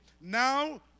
Now